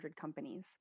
companies